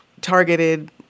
targeted